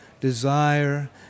desire